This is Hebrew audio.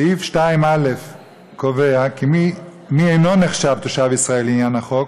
סעיף 2א קובע מי אינו נחשב תושב ישראל לעניין החוק,